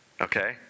Okay